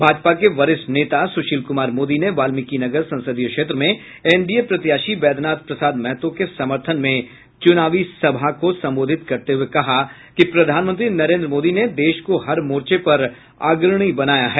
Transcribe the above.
भाजपा के वरिष्ठ नेता सुशील कुमार मोदी ने वाल्मिकीनगर संसदीय क्षेत्र में एनडीए प्रत्याशी बैद्यनाथ प्रसाद महतो के समर्थन में चुनावी सभा को संबोधित करते हुये कहा कि प्रधानमंत्री नरेन्द्र मोदी ने देश को हर मोर्चे पर अग्रणी बनाया है